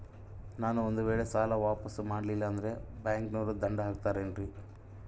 ನಾನು ಒಂದು ವೇಳೆ ಸಾಲ ವಾಪಾಸ್ಸು ಮಾಡಲಿಲ್ಲಂದ್ರೆ ಬ್ಯಾಂಕನೋರು ದಂಡ ಹಾಕತ್ತಾರೇನ್ರಿ?